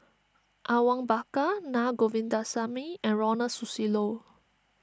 Awang Bakar Naa Govindasamy and Ronald Susilo